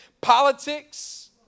Politics